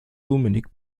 dominik